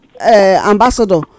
ambassador